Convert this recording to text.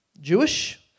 Jewish